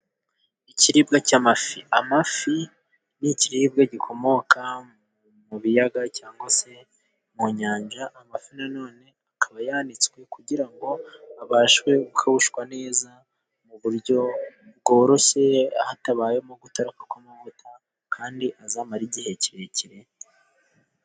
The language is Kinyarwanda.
Ikiribwa cy'amafi, amafi ni ikiribwa gikomoka mu biyaga cyangwa se mu inyanja. Amafi na none akaba yanitswe kugira ngo abashe gukawushwa neza mu buryo bworoshye hatabayemo gutaruka kw'amavuta. Kandi azamare igihe kirekire.